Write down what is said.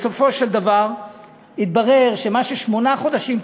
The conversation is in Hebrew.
בסופו של דבר התברר שלאחר שמונה חודשים,